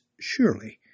Surely